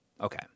Okay